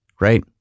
Right